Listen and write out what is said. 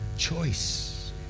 choice